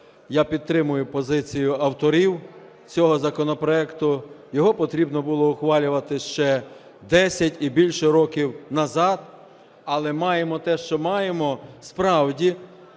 я підтримую позицію авторів цього законопроекту. Його потрібно було ухвалювати ще десять і більше років назад, але маємо те, що маємо. Справді,